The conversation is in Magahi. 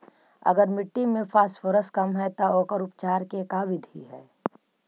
अगर मट्टी में फास्फोरस कम है त ओकर उपचार के का बिधि है?